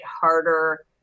harder